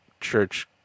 church